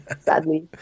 sadly